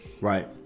Right